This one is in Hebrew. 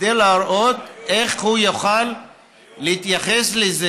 כדי לראות איך הוא יוכל להתייחס לזה,